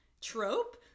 trope